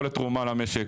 יכולת תרומה למשק,